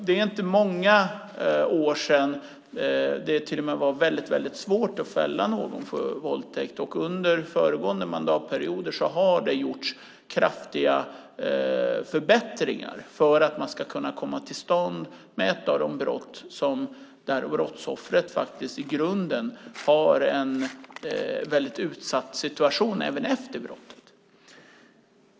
Det är inte många år sedan det var mycket svårt att fälla någon för våldtäkt. Under tidigare mandatperioder har det gjorts kraftiga förbättringar för att man ska komma till rätta med ett av de brott där brottsoffret har en mycket utsatt situation även efter brottet.